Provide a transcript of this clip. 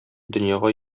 дөньяга